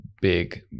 big